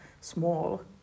Small